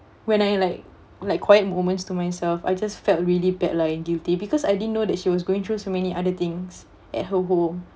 when I like like quiet moments to myself I just felt really bad lah and guilty because I didn't know that she was going through so many other things at her home